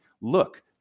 look